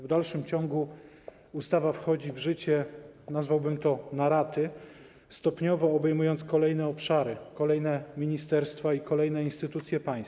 W dalszym ciągu ustawa ma wejść w życie - nazwałbym to - na raty, stopniowo obejmując kolejne obszary, kolejne ministerstwa i kolejne instytucje państwa.